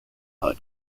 hut